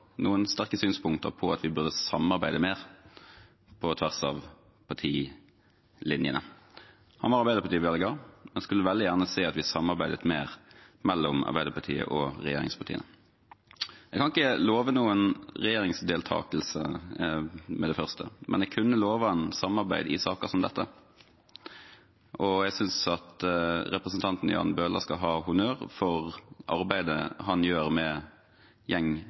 noen sterke synspunkter på at vi burde samarbeide mer på tvers av partilinjene. Han var Arbeiderparti-velger – han ville veldig gjerne se at det var mer samarbeid mellom Arbeiderpartiet og regjeringspartiene. Jeg kunne ikke love ham noen regjeringsdeltakelse med det første, men jeg kunne love ham samarbeid i saker som dette. Og jeg synes at representanten Jan Bøhler skal ha honnør for arbeidet han gjør med